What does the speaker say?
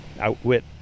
outwit